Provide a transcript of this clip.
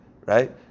right